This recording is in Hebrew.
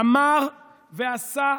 אמר ועשה,